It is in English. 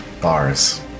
Bars